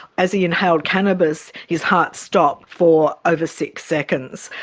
as he inhaled cannabis his heart stopped for over six seconds.